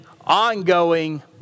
ongoing